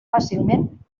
fàcilment